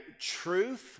truth